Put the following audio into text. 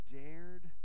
dared